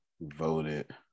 voted